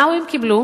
מה הם קיבלו?